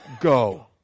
Go